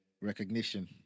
recognition